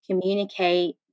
communicate